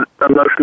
emotional